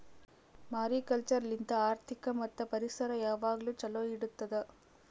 mariculture ಲಿಂತ್ ಆರ್ಥಿಕ ಮತ್ತ್ ಪರಿಸರ ಯಾವಾಗ್ಲೂ ಛಲೋ ಇಡತ್ತುದ್